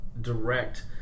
direct